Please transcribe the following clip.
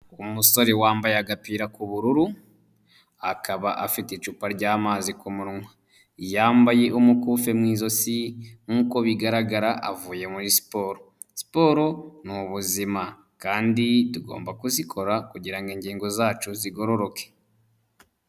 Umusore wambaye agapira k'ubururu akaba afite icupa ry'amazi ku munwa yambaye umukufi mu izosi nkuko bigaragara avuye muri siporo, siporo ni ubuzima kandi tugomba kuzikora kugira ngo ingingo zacu zigororoke.